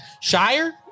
Shire